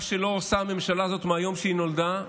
מה שלא עושה הממשלה הזאת מהיום שהיא נולדה,